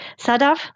Sadaf